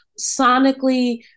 sonically